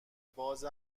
باز